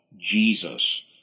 Jesus